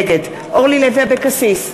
נגד אורלי לוי אבקסיס,